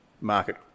market